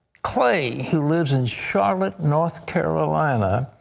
clay, who lives in charlotte, north carolina,